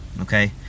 Okay